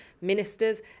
ministers